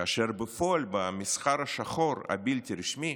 כאשר בפועל במסחר השחור הבלתי-רשמי,